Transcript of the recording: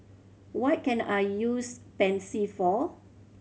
what can I use Pansy for